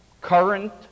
Current